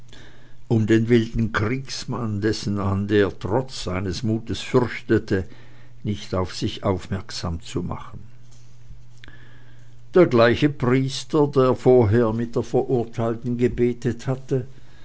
um den wilden kriegsmann dessen hand er trotz seines mutes fürchtete nicht auf sich aufmerksam zu machen der gleiche priester der vorher mit der verurteilten gebetet hatte